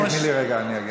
תתבייש לך.